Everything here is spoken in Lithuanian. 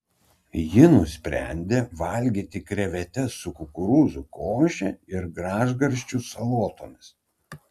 ji nusprendė valgyti krevetes su kukurūzų koše ir gražgarsčių salotomis